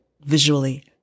visually